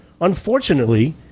unfortunately